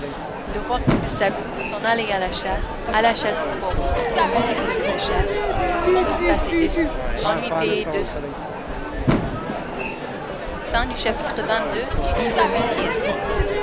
le roi coupdesabot s'en allait à la chasse à la chasse aux corbeaux monté sur des échasses quand on passait dessous on lui payait deux sous